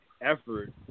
effort